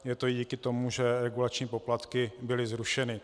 Je to díky tomu, že regulační poplatky byly zrušeny.